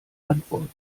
antworten